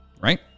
right